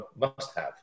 must-have